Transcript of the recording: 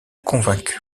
convaincue